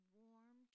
warm